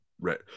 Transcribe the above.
right